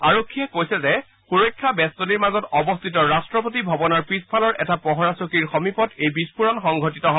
আৰক্ষীয়ে কৈছে যে সুৰক্ষা বেষ্টনীৰ মাজত অৱস্থিত ৰাষ্ট্ৰপতি ভৱনৰ পিছফালৰ এটা সুৰক্ষা চকীৰ সমীপত এই বিস্ফোৰণ সংঘটিত হয়